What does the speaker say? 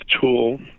tool